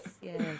yes